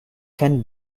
can